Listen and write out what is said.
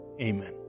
Amen